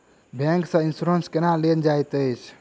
bank सँ insurance केना लेल जाइत अछि